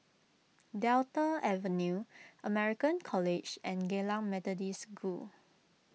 Delta Avenue American College and Geylang Methodist School